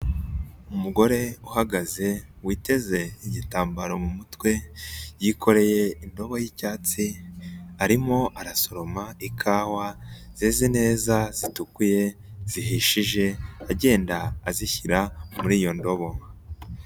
Umugore uhagaze witeze igitambaro mu mutwe yikoreye indobo y'icyatsi arimo arasoroma ikawa zeze neza zitukuye, zihishije, agenda azishyira muri iyo ndobo.